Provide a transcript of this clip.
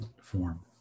form